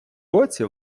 році